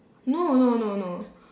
no no no no